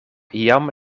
jam